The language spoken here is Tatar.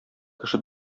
кеше